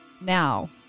now